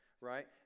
Right